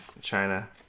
china